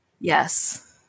Yes